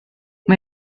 mae